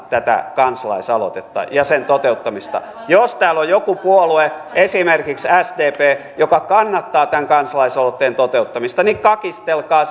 tätä kansalaisaloitetta ja sen toteuttamista jos täällä on joku puolue esimerkiksi sdp joka kannattaa tämän kansalaisaloitteen toteuttamista niin kakistelkaa